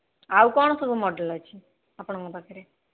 ଆଉ କ'ଣ ସବୁ ମଡ଼େଲ୍ ଅଛି ଆପଣଙ୍କ ପାଖରେ